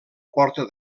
porta